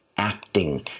Acting